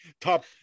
top